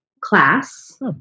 class